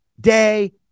day